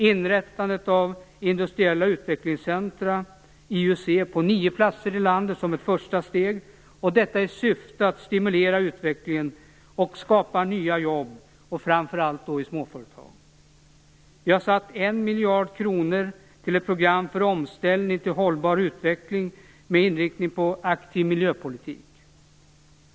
Inrättandet av industriella utvecklingscentra, IUC, på nio platser i landet är ett första steg. Detta sker i syfte att stimulera utvecklingen och skapa nya jobb, och då framför allt i småföretag. Vi har avsatt 1 miljard kronor till ett program för en omställning till en hållbar utveckling med inriktning på aktiv miljöpolitik.